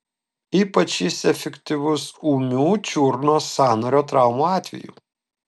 ypač jis efektyvus ūmių čiurnos sąnario traumų atveju